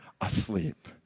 asleep